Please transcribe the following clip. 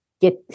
get